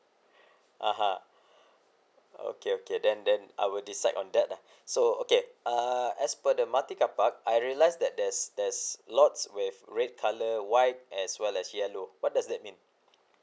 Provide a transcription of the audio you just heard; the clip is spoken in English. (uh huh) okay okay then then I will decide on that ah so okay uh as per the multi carpark I realise that there's there's lots with red colour white as well as yellow what does that mean